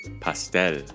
Pastel